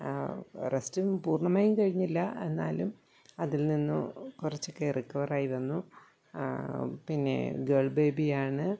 റസ്റ്റും പൂർണമായും കഴിഞ്ഞില്ല എന്നാലും അതിൽനിന്നു കുറച്ചൊക്കെ റിക്കവറായി വന്നു പിന്നെ ഗേൾ ബേബിയാണ്